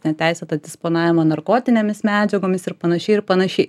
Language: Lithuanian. neteisėto disponavimo narkotinėmis medžiagomis ir panašiai ir panašiai